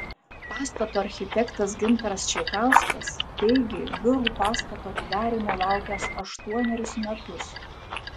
pastato architektas gintaras čeikauskas teigė biurų pastato atidarymo laukęs aštuonerius metus